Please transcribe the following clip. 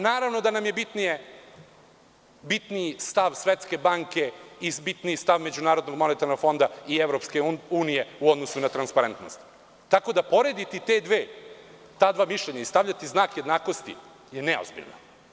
Naravno da nam je bitniji stav Svetske banke i bitniji stav Međunarodnog monetarnog fonda i EU u odnosu na „Transparentnost“, tako da porediti ta dva mišljenja i stavljati znak jednakosti je neozbiljno.